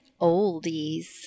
Oldies